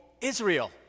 Israel